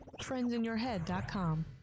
Trendsinyourhead.com